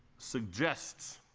suggests